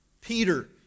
Peter